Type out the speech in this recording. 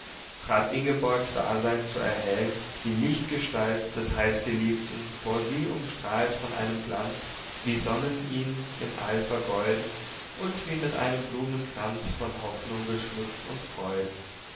trat ingborgs dasein zu erhell'n die lichtgestalt des heißgeliebten vor sie umstrahlt von einem glanz wie sonnen ihn im all vergeuden und wie mit einem blumenkranz von hoffnungen geschmückt und freuden